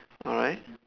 alright